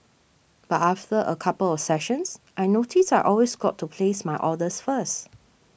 but after a couple of sessions I noticed I always got to place my orders first